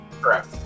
Correct